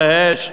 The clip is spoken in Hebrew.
"על האש",